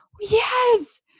yes